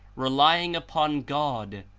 relying upon god,